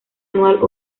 anual